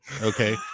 okay